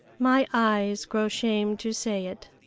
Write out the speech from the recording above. my eyes grow shame to say it.